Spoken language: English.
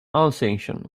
alsatian